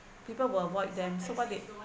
people will avoid them so what they